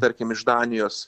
tarkim iš danijos